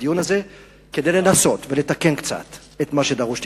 כדי לנסות ולתקן את מה שדרוש תיקון.